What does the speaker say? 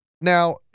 Now